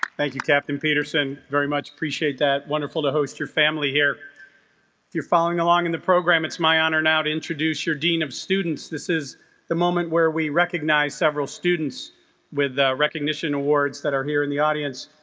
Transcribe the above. thank you captain peterson very much appreciate that wonderful to host your family here if you're following along in the program it's my honor now to introduce your dean of students this is the moment where we recognize several students with recognition awards that are here in the audience